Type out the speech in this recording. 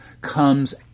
comes